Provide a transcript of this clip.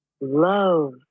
love